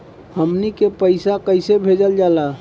हमन के पईसा कइसे भेजल जाला?